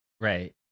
right